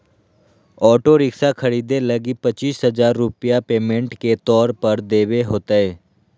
auto rickshaw खरीदे लगी पचीस हजार रूपया पेमेंट के तौर पर देवे होतय